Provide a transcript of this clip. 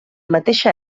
mateixa